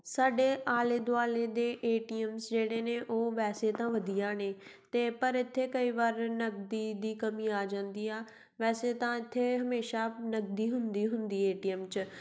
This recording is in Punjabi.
ਸਾਡੇ ਆਲੇ ਦੁਆਲੇ ਦੇ ਏ ਟੀ ਅਮਸ ਜਿਹੜੇ ਨੇ ਉਹ ਵੈਸੇ ਤਾਂ ਵਧੀਆ ਨੇ ਅਤੇ ਪਰ ਇੱਥੇ ਕਈ ਵਾਰ ਨਗਦੀ ਦੀ ਕਮੀ ਆ ਜਾਂਦੀ ਆ ਵੈਸੇ ਤਾਂ ਇੱਥੇ ਹਮੇਸ਼ਾ ਨਗਦੀ ਹੁੰਦੀ ਹੁੰਦੀ ਏ ਟੀ ਐੱਮ 'ਚ